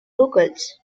vocals